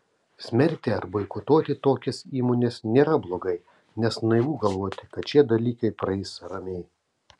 smerkti ar boikotuoti tokias įmones nėra blogai nes naivu galvoti kad šie dalykai praeis ramiai